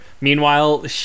Meanwhile